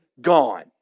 gone